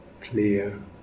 clear